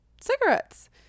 cigarettes